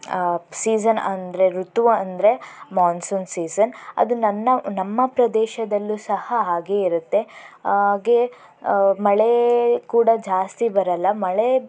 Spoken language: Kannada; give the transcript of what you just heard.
ಸೀಸನ್ ಅಂದರೆ ಋತು ಅಂದರೆ ಮಾನ್ಸೂನ್ ಸೀಸನ್ ಅದು ನನ್ನ ನಮ್ಮ ಪ್ರದೇಶದಲ್ಲೂ ಸಹ ಹಾಗೇ ಇರುತ್ತೆ ಹಾಗೇ ಮಳೆ ಕೂಡ ಜಾಸ್ತಿ ಬರಲ್ಲ ಮಳೆ